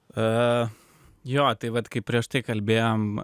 jo tai vat kai prieš tai kalbėjom